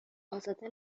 ازاده